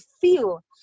feel